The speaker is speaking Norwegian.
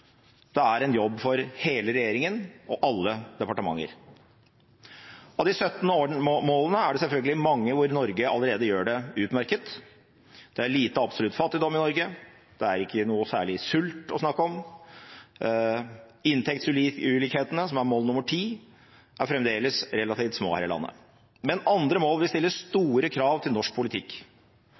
det er en jobb for hele regjeringen og alle departementer. Av de 17 målene er det selvfølgelig mange hvor Norge allerede gjør det utmerket: Det er lite absolutt fattigdom i Norge, det er ikke noe særlig sult å snakke om, inntektsulikhetene, som er bærekraftmål 10, er fremdeles relativt små her i landet. Men andre bærekraftmål vil stille store krav til norsk politikk.